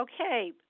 Okay